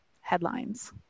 headlines